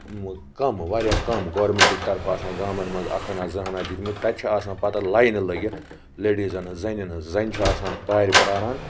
مول کَم واریاہ کَم گارمیٚنٹٕکۍ طَرفہٕ آسان گامَن مَنٛز اکھ ہنا زٕ ہنا دِتمٕتۍ تَتہِ چھِ آسان پَتہٕ لاینہٕ لٔگِتھ لیٚڈیٖزَن ہٕنٛز زَنٮ۪ن ہٕنٛز زَنہٕ چھِ آسان وارِ پراران